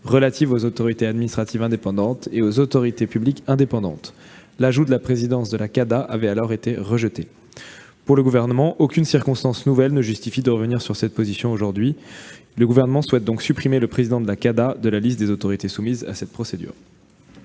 relative aux autorités administratives indépendantes et autorités publiques indépendantes : l'ajout de la présidence de la CADA avait alors été rejeté. À nos yeux, aucune circonstance nouvelle ne justifie de revenir aujourd'hui sur une telle position. Le Gouvernement souhaite donc supprimer le président de la CADA de la liste des autorités soumises à cette procédure.